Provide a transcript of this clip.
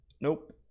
nope